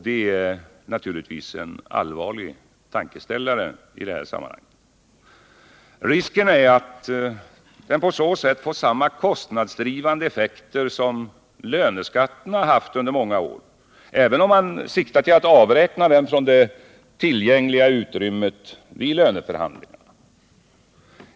Det är naturligtvis en allvarlig tankeställare i detta sammanhang. Risken är att den på så sätt får samma kostnadsdrivande effekter som löneskatterna haft under många år, även om man siktar till att avräkna den från det tillgängliga utrymmet vid löneförhandlingarna.